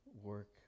work